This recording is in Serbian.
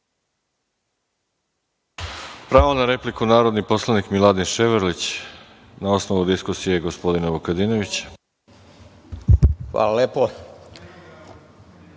Pravo na repliku, narodni poslanik Miladin Ševarlić, na osnovu diskusije gospodina Vukadinovića. **Miladin